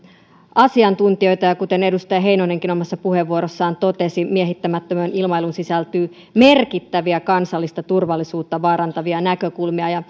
asiantuntijoita ja kuten edustaja heinonenkin omassa puheenvuorossaan totesi miehittämättömään ilmailuun sisältyy merkittäviä kansallista turvallisuutta vaarantavia näkökulmia